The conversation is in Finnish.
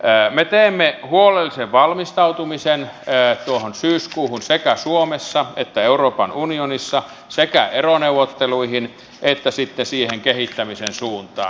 me teemme huolellisen valmistautumisen tuohon syyskuuhun sekä suomessa että euroopan unionissa sekä eroneuvotteluihin että sitten siihen kehittämisen suuntaan